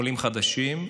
עולים חדשים,